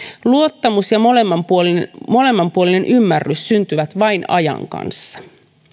luottamus ja molemminpuolinen molemminpuolinen ymmärrys syntyvät vain ajan kanssa